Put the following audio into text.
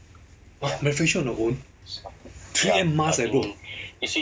ah manufacture on their own three M masks eh bro